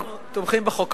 ואנחנו תומכים בחוק כמובן.